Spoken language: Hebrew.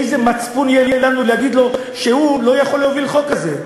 איזה מצפון יהיה לנו להגיד לו שהוא לא יכול להוביל חוק כזה?